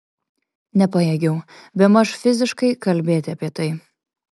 nepajėgiau bemaž fiziškai kalbėti apie tai